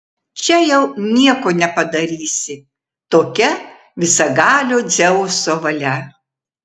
čia jau nieko nepadarysi tokia visagalio dzeuso valia